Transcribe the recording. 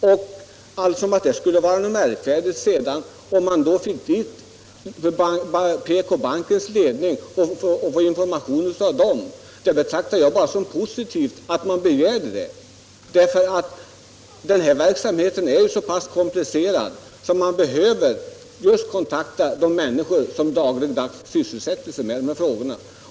Skulle det sedan vara så märkvärdigt om herr Sjönell får den information han efterlyser av PK-bankens ledning? Jag betraktar det bara som positivt att han begär och får det, eftersom denna verksamhet är så komplicerad. Då bör man ju kontakta de människor som dagligdags sysselsätter sig med dessa frågor.